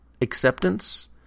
acceptance